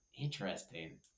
Interesting